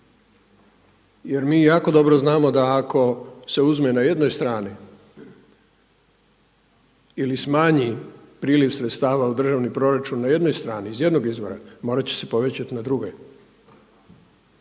Jer mi jako dobro znamo da ako se uzme na jednoj strani ili smanji priliv sredstava u državni proračun na jednoj strani iz jednog izvora morat će se povećati na drugoj.